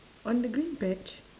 on the green patch